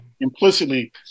implicitly